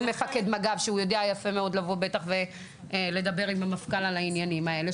עם מפקד מג"ב שבטח יודע יפה מאוד לבוא ולדבר עם המפכ"ל העניינים האלה,